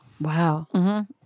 Wow